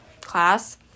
class